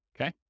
okay